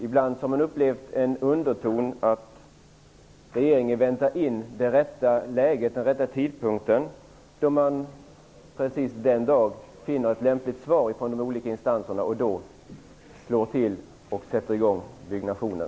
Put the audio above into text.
Ibland har man upplevt en underton av att regeringen väntar in det rätta läget och den rätta tidpunkten för att finna ett lämpligt svar från de olika instanserna och då slår till och sätter i gång byggnationen.